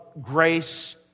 grace